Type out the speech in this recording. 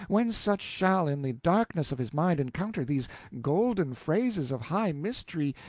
when such shall in the darkness of his mind encounter these golden phrases of high mystery,